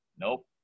Nope